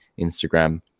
Instagram